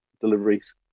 deliveries